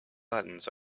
buttons